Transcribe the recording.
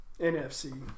NFC